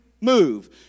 move